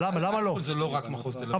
זה לא רק מחוז תל אביב.